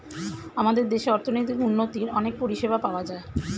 আমাদের দেশে অর্থনৈতিক উন্নতির অনেক পরিষেবা পাওয়া যায়